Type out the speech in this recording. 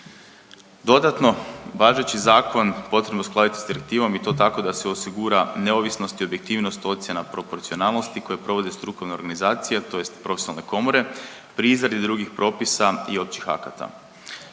Dodatno, važeći zakon potrebno je uskladiti s direktivom i to tako da se osigura neovisnost i objektivnost ocjena proporcionalnosti koje provode strukovne organizacije tj. profesionalne komore pri izradi drugih propisa i općih akata.